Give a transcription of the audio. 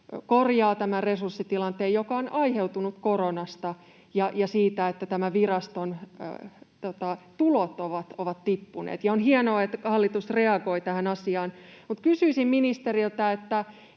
korjaa tämän resurssitilanteen, joka on aiheutunut koronasta ja siitä, että tämän viraston tulot ovat tippuneet. On hienoa, että hallitus reagoi tähän asiaan, mutta kysyisin ministeriltä,